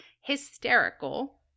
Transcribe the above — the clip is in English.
hysterical